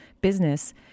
business